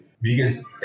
biggest